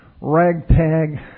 ragtag